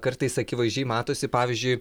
kartais akivaizdžiai matosi pavyzdžiui